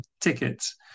tickets